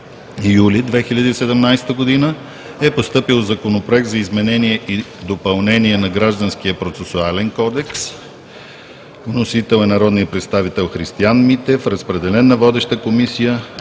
юли 2017 г. е постъпил Законопроект за изменение и допълнение на Гражданския процесуален кодекс. Вносител – народният представител Христиан Митев и група народни